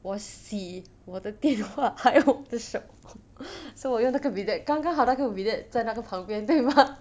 我洗我的电话还有我的手 so 我用那个 bidet 刚刚好那个 bidet 在那个旁边对吗